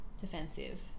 defensive